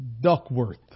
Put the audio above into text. Duckworth